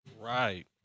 Right